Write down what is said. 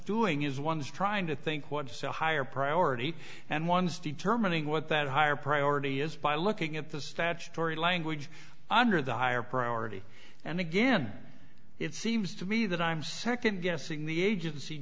doing is one's trying to think what's a higher priority and one's determining what that higher priority is by looking at the statutory language under the higher priority and again it seems to me that i'm nd guessing the agency